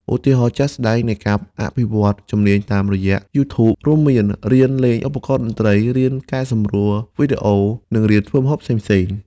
ឧទាហរណ៍ជាក់ស្ដែងនៃការអភិវឌ្ឍជំនាញតាមរយៈ YouTube រួមមានរៀនលេងឧបករណ៍តន្ត្រី រៀនកែសម្រួលវីដេអូ និងរៀនធ្វើម្ហូបផ្សេងៗ។